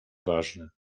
ważne